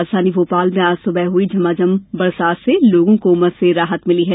राजधानी भोपाल में आज सुबह हुई झमाझम बारिश से लोगों को उमस से राहत मिली है